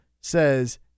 says